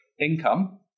income